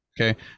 Okay